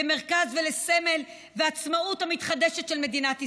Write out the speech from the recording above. למרכז ולסמל והעצמאות המתחדשת של מדינת ישראל.